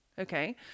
Okay